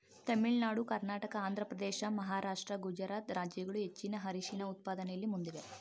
ತಮಿಳುನಾಡು ಕರ್ನಾಟಕ ಆಂಧ್ರಪ್ರದೇಶ ಮಹಾರಾಷ್ಟ್ರ ಗುಜರಾತ್ ರಾಜ್ಯಗಳು ಹೆಚ್ಚಿನ ಅರಿಶಿಣ ಉತ್ಪಾದನೆಯಲ್ಲಿ ಮುಂದಿವೆ